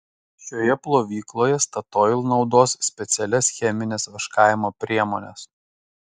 šioje plovykloje statoil naudos specialias chemines vaškavimo priemones